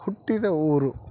ಹುಟ್ಟಿದ ಊರು